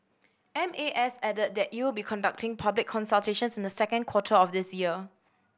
M A S added that it will be conducting public consultations in the second quarter of this year